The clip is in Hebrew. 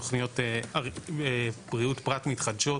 תוכניות בריאות פרט מתחדשות,